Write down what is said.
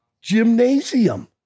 Gymnasium